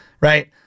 right